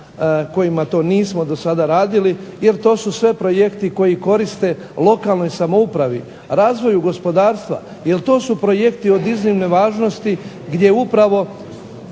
kojima to nismo do sada radili jer to su sve projekti koji koriste lokalnoj samoupravi, razvoju gospodarstva. Jel to su projekti od iznimne važnosti gdje gradimo